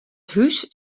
hús